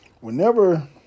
whenever